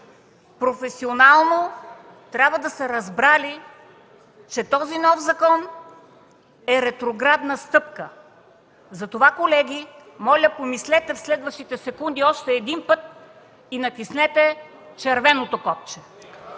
професионално трябва да са разбрали, че този нов закон е ретроградна стъпка. Затова, колеги, моля, помислете в следващите секунди още един път и натиснете червеното копче.